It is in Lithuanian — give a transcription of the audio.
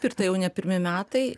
ir tai jau ne pirmi metai